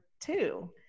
two